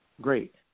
great